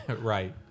right